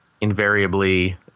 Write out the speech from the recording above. invariably